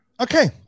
Okay